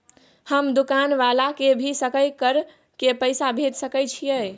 हम दुकान वाला के भी सकय कर के पैसा भेज सके छीयै?